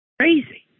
Crazy